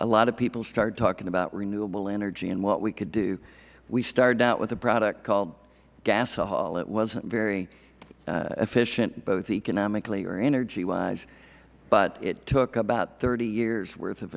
a lot of people started talking about renewable energy and what we could do we started out with a product called gasohol it wasn't very efficient both economically or energy wise but it took about thirty years worth of